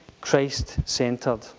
Christ-centred